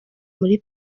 muri